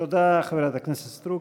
תודה, חברת הכנסת סטרוק.